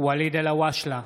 ינון אזולאי,